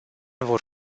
vor